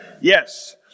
Yes